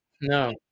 no